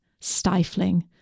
stifling